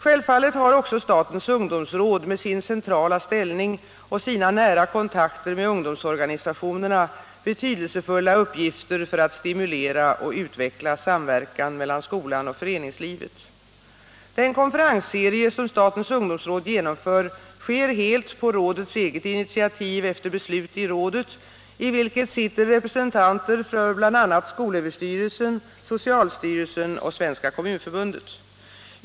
Självfallet har också statens ungdomsråd med sin centrala ställning och sina nära kontakter med ungdomsorganisationerna betydelsefulla uppgifter för att stimulera och utveckla samverkan mellan skolan och föreningslivet. Den konferensserie som statens ungdomsråd genomför sker helt på rådets eget initiativ efter beslut i rådet, i vilket sitter representanter för bl.a. skolöverstyrelsen, socialstyrelsen och Svenska kommunförbundet.